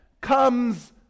comes